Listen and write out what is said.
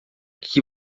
que